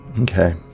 Okay